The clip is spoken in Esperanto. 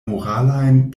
moralajn